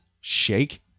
Shake